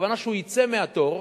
הכוונה שהוא יצא מהתור,